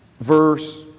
verse